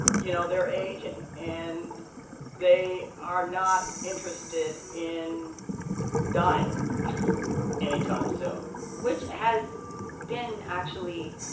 you know, they're aging. and they are not interested in dying any time soon which has been, actually,